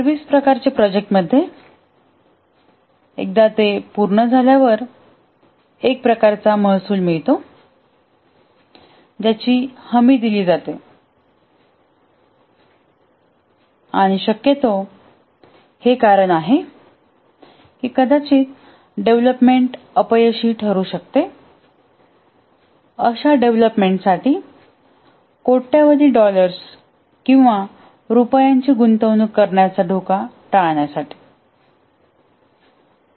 service प्रकारचे project मध्ये एकदा ते पूर्ण झाल्यावर एक प्रकारचे महसूल मिळतो ज्याची हमी दिले जाते आणि शक्यतो हे कारण आहे की कदाचित डेव्हलपमेंट अपयशी ठरू शकते अशा डेव्हलपमेंट साठी कोट्यवधी डॉलर्स किंवा रुपयांची गुंतवणूक करण्याचा धोका टाळण्यासाठी